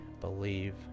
believe